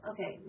Okay